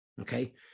Okay